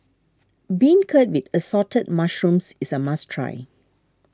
Beancurd with Assorted Mushrooms is a must try